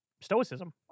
stoicism